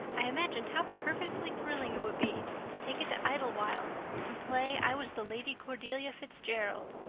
i imagined how perfectly thrilling it would be to take it to idlewild and play i was the lady cordelia fitzgerald.